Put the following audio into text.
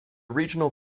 regional